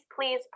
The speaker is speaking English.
please